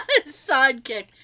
Sidekick